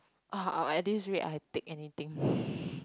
oh oh at this rate I take anything